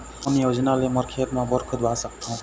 कोन योजना ले मोर खेत मा बोर खुदवा सकथों?